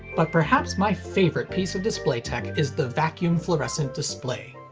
but perhaps my favorite piece of display tech is the vacuum fluorescent display.